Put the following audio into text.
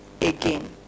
again